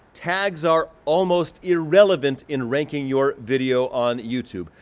tags are almost irrelevant in ranking your video on youtube.